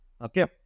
Okay